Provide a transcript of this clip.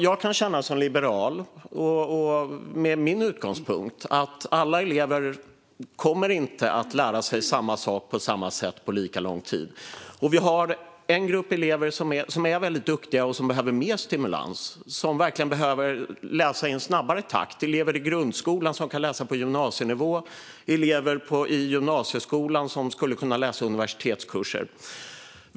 Jag kan känna som liberal, med min utgångspunkt, att alla elever inte kommer att lära sig samma sak på samma sätt på lika lång tid. Vi har en grupp elever som är väldigt duktiga och som behöver mer stimulans. De behöver verkligen få läsa i en snabbare takt. Det är elever i grundskolan som kan läsa på gymnasienivå och elever i gymnasieskolan som skulle kunna läsa universitetskurser.